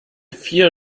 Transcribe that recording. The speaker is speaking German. vier